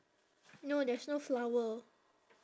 no there's no flower